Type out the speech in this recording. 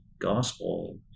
gospel